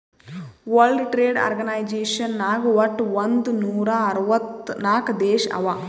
world trade organization ನಾಗ್ ವಟ್ ಒಂದ್ ನೂರಾ ಅರ್ವತ್ ನಾಕ್ ದೇಶ ಅವಾ